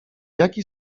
jaki